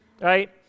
Right